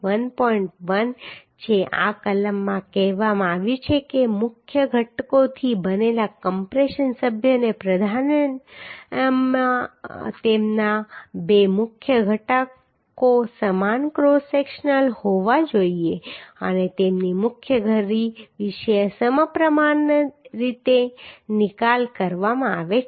1 છે આ કલમમાં કહેવામાં આવ્યું છે કે બે મુખ્ય ઘટકોથી બનેલા કમ્પ્રેશન સભ્યોને પ્રાધાન્યમાં તેમના બે મુખ્ય ઘટકો સમાન ક્રોસ સેક્શનના હોવા જોઈએ અને તેમની મુખ્ય ધરી વિશે સમપ્રમાણરીતે નિકાલ કરવામાં આવે છે